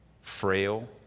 frail